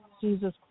Jesus